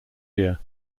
year